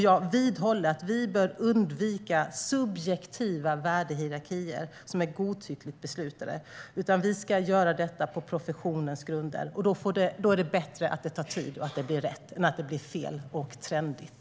Jag vidhåller att vi bör undvika subjektiva värdehierarkier som är godtyckligt beslutade. Vi ska göra detta på professionens grunder. Då är det bättre att det tar tid och blir rätt än att det blir fel och trendigt.